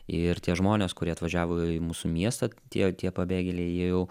ir tie žmonės kurie atvažiavo į mūsų miestą tie tie pabėgėliai jie jau